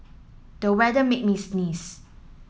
the weather made me sneeze